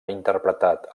interpretat